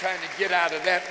trying to get out of that